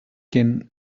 can